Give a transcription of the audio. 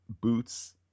boots